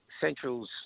Central's